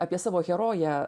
apie savo heroję